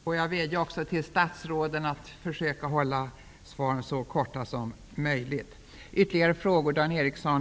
Får jag be också statsråden att försöka vara så kortfattade som möjligt i svaren.